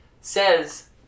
says